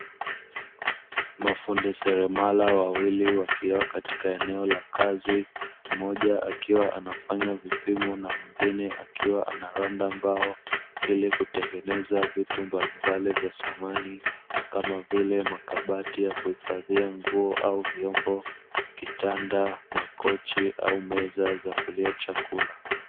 Mafundi seramala wawili wakiwa katika eneo la kazi, mmoja akiwa anafanya vipimo na mwingine akiwa anaranda mbao, ili kutengeneza vitu mbalimbali vya samani kama vile makabati ya kuhifadhia nguo au vyombo, kitanda, makochi au meza za kulia chakula.